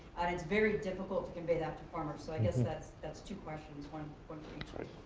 it's very difficult to convey that to farmers. so i guess that's that's two questions, one for each.